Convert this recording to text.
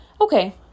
okay